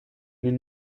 venus